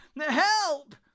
Help